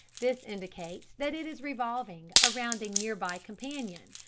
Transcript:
this indicates that it is revolving around a near-by companion,